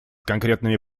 конкретными